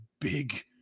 big